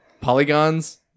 polygons